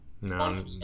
No